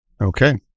Okay